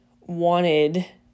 wanted